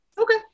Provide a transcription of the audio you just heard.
Okay